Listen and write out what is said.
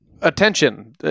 attention